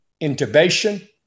intubation